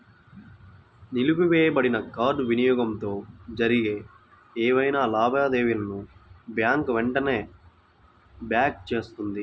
నిలిపివేయబడిన కార్డ్ వినియోగంతో జరిగే ఏవైనా లావాదేవీలను బ్యాంక్ వెంటనే బ్లాక్ చేస్తుంది